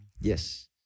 Yes